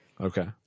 Okay